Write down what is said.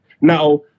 now